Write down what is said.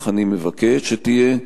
וכך אני מבקש שיהיה,